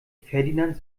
ferdinand